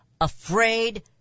afraid